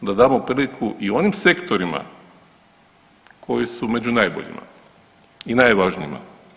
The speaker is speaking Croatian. Da damo priliku i onim sektorima koji su među najboljima i najvažnijima.